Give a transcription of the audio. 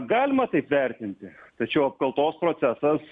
galima taip vertinti tačiau apkaltos procesas